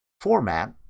format